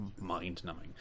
mind-numbing